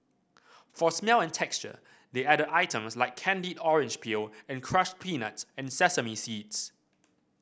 for smell and texture they added items like candied orange peel and crushed peanuts and sesame seeds